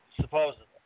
Supposedly